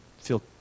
feel